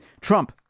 Trump